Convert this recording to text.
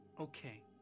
Okay